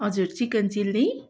हजुर chicken chilli